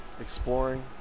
Exploring